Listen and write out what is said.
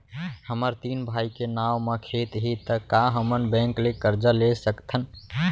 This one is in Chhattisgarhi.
हमर तीन भाई के नाव म खेत हे त का हमन बैंक ले करजा ले सकथन?